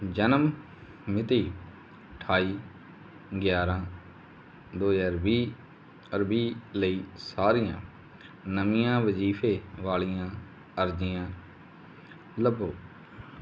ਜਨਮ ਮਿਤੀ ਅਠਾਈ ਗਿਆਰ੍ਹਾਂ ਦੋ ਹਜ਼ਾਰ ਵੀਹ ਔਰ ਵੀਹ ਲਈ ਸਾਰੀਆਂ ਨਵੀਆਂ ਵਜੀਫੇ ਵਾਲੀਆਂ ਅਰਜ਼ੀਆਂ ਲੱਭੋ